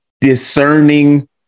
discerning